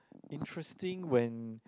interesting when